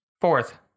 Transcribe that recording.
Fourth